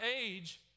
age